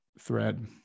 thread